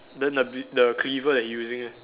then the bi~ the cleaver that he using eh